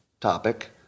Topic